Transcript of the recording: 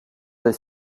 des